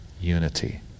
unity